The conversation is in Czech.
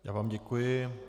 Já vám děkuji.